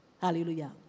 Hallelujah